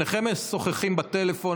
שניכם משוחחים בטלפון.